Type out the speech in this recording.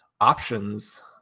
options